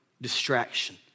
distraction